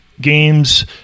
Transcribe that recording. games